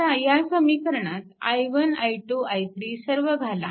आता ह्या समीकरणात i1 i2 i3 सर्व घाला